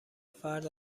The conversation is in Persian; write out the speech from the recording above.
فرد